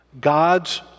God's